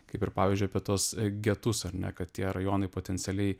kaip ir pavyzdžiui apie tuos getus ar ne kad tie rajonai potencialiai